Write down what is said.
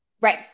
Right